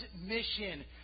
mission